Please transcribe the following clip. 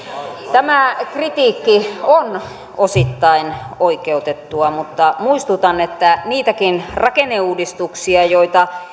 tämä kritiikki on osittain oikeutettua mutta muistutan että niitäkin rakenneuudistuksia joita